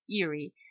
Erie